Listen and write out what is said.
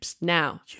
now